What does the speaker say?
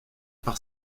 par